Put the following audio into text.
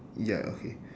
ya okay